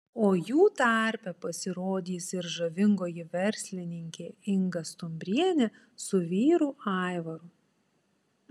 o jų tarpe pasirodys ir žavingoji verslininkė inga stumbrienė su vyru aivaru